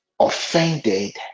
offended